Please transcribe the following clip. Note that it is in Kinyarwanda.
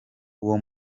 uwo